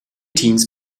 teens